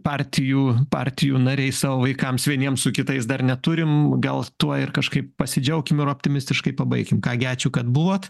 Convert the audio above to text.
partijų partijų nariai savo vaikams vieniems su kitais dar neturim gal tuo ir kažkaip pasidžiaukim ir optimistiškai pabaikim ką gi ačiū kad buvot